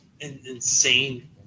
insane